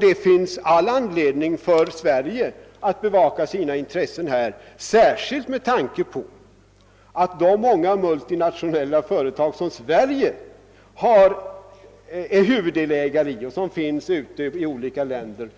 Det finns anledning för Sverige att bevaka sina intressen härvidlag, särskilt med tanke på att de många multinationella företag som Sverige är huvuddelägare i och som finns ute i olika länder